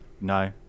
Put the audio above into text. no